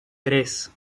tres